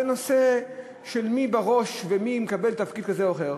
בנושא של מי בראש ומי מקבל תפקיד כזה או אחר.